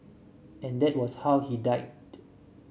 and that was how he died